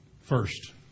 first